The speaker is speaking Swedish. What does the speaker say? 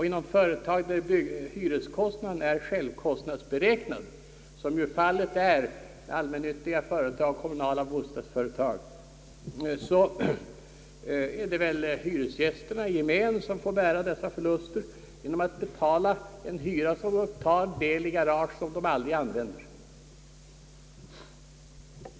Inom företag där hyreskostnaden är självkostnadsberäknad, som fallet är beträffande allmännyttiga bostadsföretag och kommunala bostadsföretag, får väl hyresgästerna i gemen bära dessa förluster genom att betala delar av hyror för garage som de ej utnyttjar.